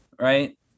right